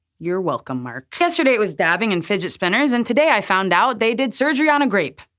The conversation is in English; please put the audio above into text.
you're welcome, mark. yesterday it was dabbing and fidget spinners, and today i found out they did surgery on a grape.